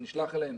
נשלח אליהם